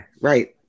Right